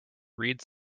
reads